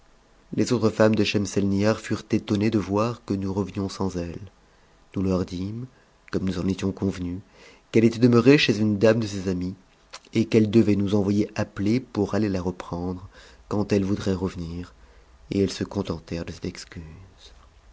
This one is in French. les autres femmes de schemselnihar furent étonnées de voir que nous revenions sans elle nous leur dîmes comme nous en étions convenues qu'elle était demeurée chez une dame de ses amies et qu'elle devait nous envoyer appeler pour aller la reprendre quand elle voudrait revenir et elles se contentèrent de cette excuse